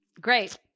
great